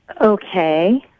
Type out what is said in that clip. okay